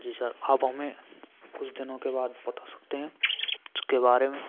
जी sir आप हमें कुछ दिनों के बाद बता सकते हैं उसके बारे में